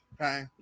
Okay